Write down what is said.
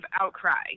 outcry